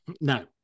No